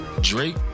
Drake